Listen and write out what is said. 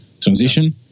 transition